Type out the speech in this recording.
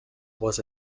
was